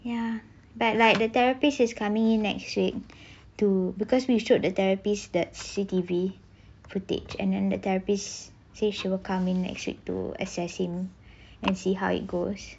ya but like the therapist is coming in next week to because we showed the therapist that C_C_T_V footage and then the therapist say she will come in next week to assess him and see how it goes